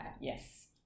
Yes